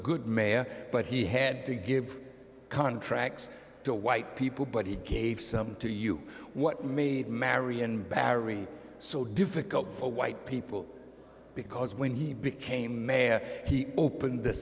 good mayor but he had to give contracts to white people but he gave some to you what made marion barry so difficult for white people because when he became mayor he opened the